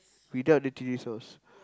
without the chili sauce